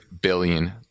billion